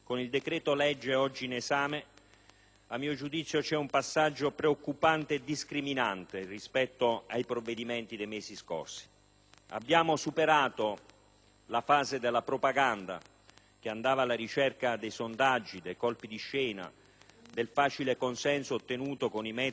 a mio giudizio, c'è un passaggio preoccupante e discriminante rispetto ai provvedimenti dei mesi scorsi. Abbiamo superato la fase della propaganda, che andava alla ricerca dei sondaggi, dei colpi di scena, del facile consenso ottenuto con i metodi di *marketing* dei precedenti decreti.